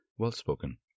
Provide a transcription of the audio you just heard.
well-spoken